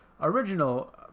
Original